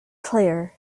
clear